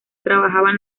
trabajaban